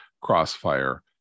Crossfire